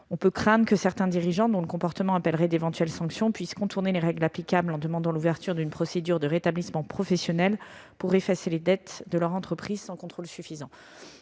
On peut craindre que certains dirigeants, dont le comportement appellerait d'éventuelles sanctions, puissent contourner les règles applicables en demandant l'ouverture d'une procédure de rétablissement professionnel pour effacer les dettes de leur entreprise sans contrôle suffisant.